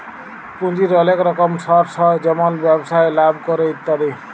পুঁজির ওলেক রকম সর্স হ্যয় যেমল ব্যবসায় লাভ ক্যরে ইত্যাদি